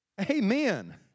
Amen